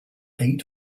eight